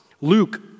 Luke